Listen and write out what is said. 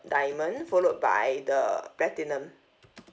diamond followed by the platinum